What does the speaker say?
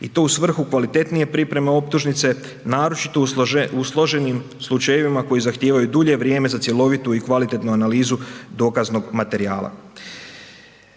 i to u svrhu kvalitetnije pripreme optužnice, naročito u složenim slučajevima koji zahtijevaju dulje vrijeme za cjelovitu i kvalitetnu analizu dokaznog materijala.